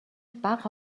бага